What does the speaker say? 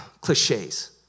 cliches